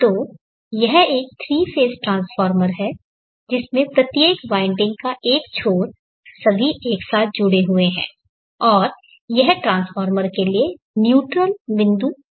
तो यह एक 3 फेज़ ट्रांसफार्मर है जिसमें प्रत्येक वाइंडिंग का एक छोर सभी एक साथ जुड़े हुए हैं और यह ट्रांसफार्मर के लिए न्यूट्रल बिंदु होगा